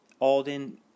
Alden